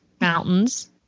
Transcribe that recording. Mountains